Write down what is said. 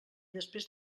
després